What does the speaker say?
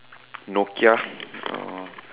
Nokia uh